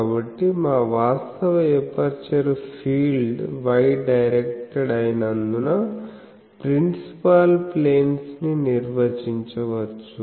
కాబట్టి మా వాస్తవ ఎపర్చరు ఫీల్డ్ y డైరెక్టడ్ అయినందున ప్రిన్సిపాల్ ప్లేన్స్ ని నిర్వచించవచ్చు